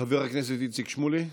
חבר הכנסת איציק שמולי,